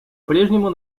прежнему